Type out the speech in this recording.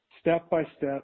step-by-step